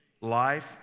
Life